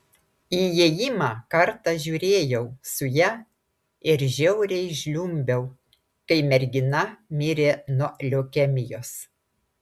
įėjimą kartą žiūrėjau su ja ir žiauriai žliumbiau kai mergina mirė nuo leukemijos